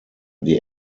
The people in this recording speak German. die